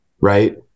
right